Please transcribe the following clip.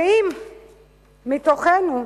ואם מתוכנו,